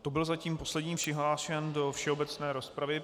To byl zatím poslední přihlášený do všeobecné rozpravy.